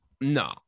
no